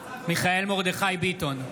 מיכאל מרדכי ביטון,